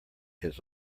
his